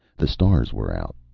the stars were out.